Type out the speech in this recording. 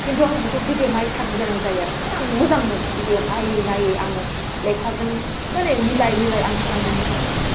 खिन्थु आं बेखौ भिडिअ नायथारनो गोनां जायो आरो माने मोजां मोनो भिडिअ नाययै नाययै आङो लेखाजों माने मिलाय मिलाय आं फरायनो मोजां मोनो